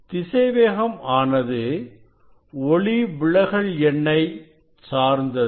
திசைவேகம் ஆனது ஒளிவிலகல் எண்ணை சார்ந்தது